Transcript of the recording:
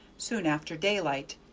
soon after daylight,